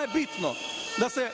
je bitno da se